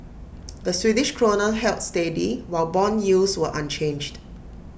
the Swedish Krona held steady while Bond yields were unchanged